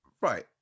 Right